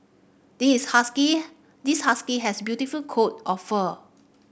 this husky this husky has beautiful coat of fur